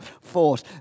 force